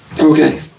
Okay